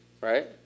Right